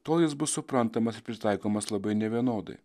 tol jis bus suprantamas ir pritaikomas labai nevienodai